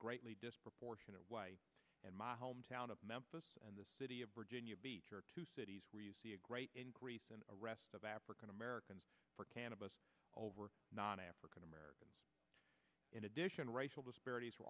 greatly disproportionate and my hometown of memphis and the city of virginia beach are two cities where you see a great increase in arrests of african americans for cannabis over non african americans in addition racial disparities